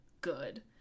good